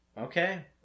Okay